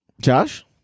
Josh